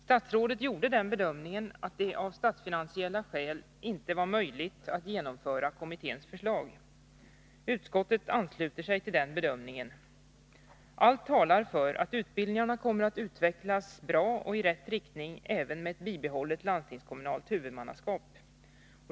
Statsrådet gjorde den bedömningen att det av statsfinansiella skäl inte var möjligt att genomföra kommitténs förslag. Utskottet ansluter sig till den bedömningen. Allt talar för att utbildningarna kommer att utvecklas bra och i rätt riktning även med ett bibehållet landstingskommunalt huvudmannaskap.